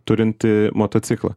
turintį motociklą